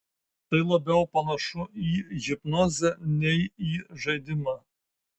tai labiau panašu į hipnozę nei į žaidimą